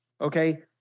okay